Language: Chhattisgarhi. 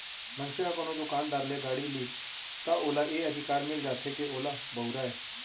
मनसे ह कोनो दुकानदार ले गाड़ी लिस त ओला ए अधिकार मिल जाथे के ओला बउरय